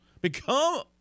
Become